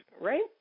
right